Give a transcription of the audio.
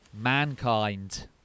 mankind